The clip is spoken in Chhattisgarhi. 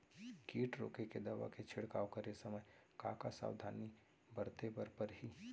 किट रोके के दवा के छिड़काव करे समय, का का सावधानी बरते बर परही?